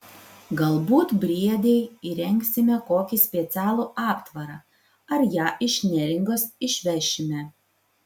galbūt briedei įrengsime kokį specialų aptvarą ar ją iš neringos išvešime